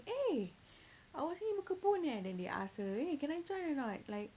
eh awak sini berkebun eh then they ask her eh can I join or not like